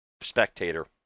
spectator